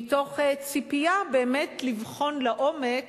מתוך ציפייה באמת לבחון לעומק